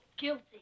guilty